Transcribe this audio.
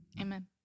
Amen